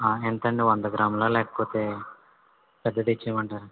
ఎంతండి వంద గ్రాముల లేకపోతే పెద్దది ఇచ్చేయమంటారా